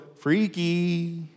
freaky